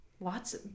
lots